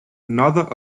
another